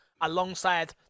alongside